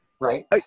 right